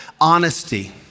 honesty